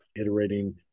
iterating